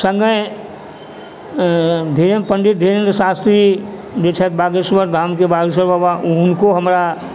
सङ्गहि धीरेन्द्र पण्डित धीरेन्द्र शास्त्री जे छथि बागेश्वर धामक बागेश्वर बाबा हुनको हमरा